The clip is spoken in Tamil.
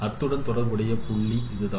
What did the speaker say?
அதனுடன் தொடர்புடைய புள்ளி இதுதான்